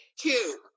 two